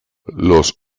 los